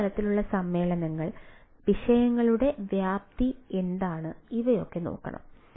ഉയർന്ന തലത്തിലുള്ള സമ്മേളനങ്ങൾ വിഷയങ്ങളുടെ വ്യാപ്തി എന്താണ് ഇവയൊക്കെ നോക്കണം